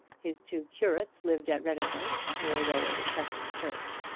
his two curates lived at redicote, where there was a second church.